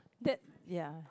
that ya